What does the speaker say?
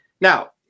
now